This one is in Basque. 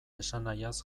esanahiaz